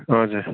हजुर